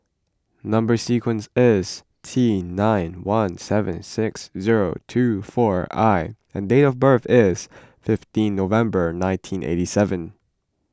Number Sequence is T nine one seven six zero two four I and date of birth is fifteen November nineteen eighty seven